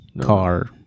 car